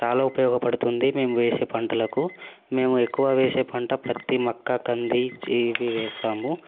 చాలా ఉపయోగపడుతుంది మేము వేసే పంటలకు మేము ఎక్కువ వేసే పంట పత్తి మొక్క కంది ఇవి వేస్తాము